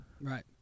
right